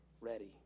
ready